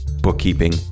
bookkeeping